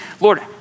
Lord